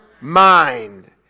mind